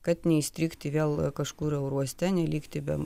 kad neįstrigti vėl kažkur eurouoste nelikti be